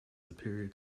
superior